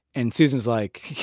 and susan's like, yeah,